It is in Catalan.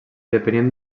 depenien